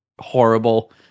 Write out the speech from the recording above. horrible